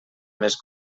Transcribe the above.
més